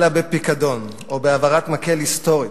אלא בפיקדון, או בהעברת מקל היסטורית,